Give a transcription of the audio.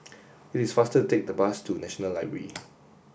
it is faster take the bus to National Library